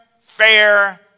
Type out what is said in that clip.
fair